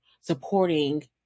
supporting